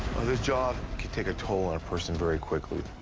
this job can take a toll on a person very quickly.